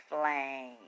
flame